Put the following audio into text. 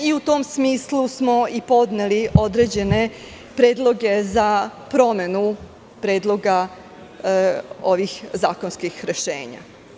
U tom smislu smo podneli određene predloge za promenu predloga ovih zakonskih rešenja.